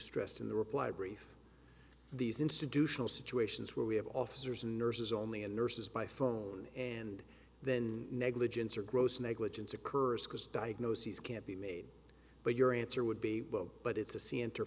stressed in the reply brief these institutional situations where we have officers and nurses only and nurses by phone and then negligence or gross negligence occurs because diagnoses can't be made but your answer would be but it's a c